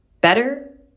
Better